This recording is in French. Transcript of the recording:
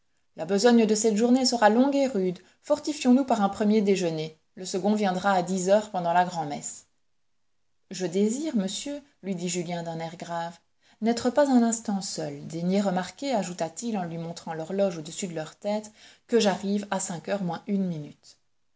la besogne de cette journée sera longue et rude fortifions nous par un premier déjeuner le second viendra à dix heures pendant la grand'messe je désire monsieur lui dit julien d'un air grave n'être pas un instant seul daignez remarquer ajouta-t-il en lui montrant l'horloge au-dessus de leur tête que j'arrive à cinq heures moins une minute